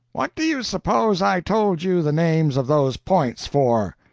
what do you suppose i told you the names of those points for?